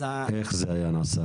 אז איך זה נעשה?